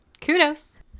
kudos